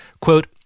Quote